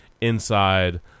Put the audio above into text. inside